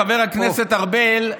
חבר הכנסת ארבל,